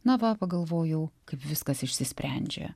na va pagalvojau kaip viskas išsisprendžia